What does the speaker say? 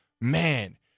man